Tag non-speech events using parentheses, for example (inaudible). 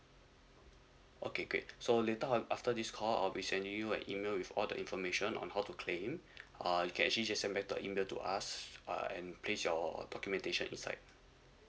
okay great so later on after this call I'll be sending you an email with all the information on how to claim (breath) uh you can actually just send back the email to us uh and place your documentation inside